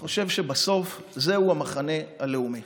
אני חושב שבסוף זהו המחנה הלאומי.